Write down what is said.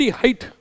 height